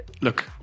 look